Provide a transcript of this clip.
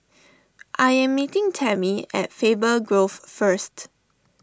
I am meeting Tami at Faber Grove first